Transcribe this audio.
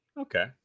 Okay